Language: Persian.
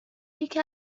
یکی